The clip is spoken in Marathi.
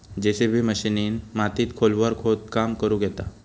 जेसिबी मशिनीन मातीत खोलवर खोदकाम करुक येता